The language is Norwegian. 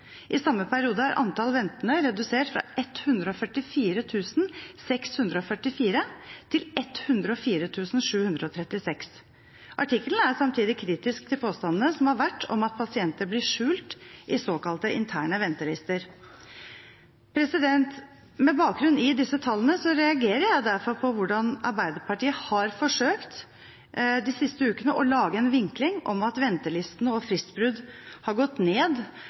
I samme periode er antall ventende redusert fra 144 644 til 104 736. Artikkelen er samtidig kritisk til påstandene som har kommet om at pasienter blir skjult i såkalt interne ventelister. Med bakgrunn i disse tallene reagerer jeg derfor på hvordan Arbeiderpartiet de siste ukene har forsøkt å lage en vinkling på at ventetidene og antall fristbrudd har gått ned